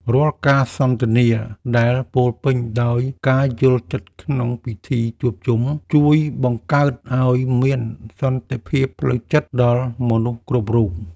រាល់ការសន្ទនាដែលពោរពេញដោយការយល់ចិត្តក្នុងពិធីជួបជុំ ជួយបង្កើតឱ្យមានសន្តិភាពផ្លូវចិត្តដល់មនុស្សគ្រប់រូប។